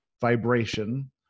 vibration